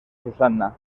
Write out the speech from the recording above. susanna